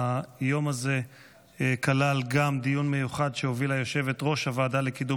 היום הזה כלל גם דיון מיוחד שהובילה יושבת-ראש הוועדה לקידום